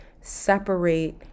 separate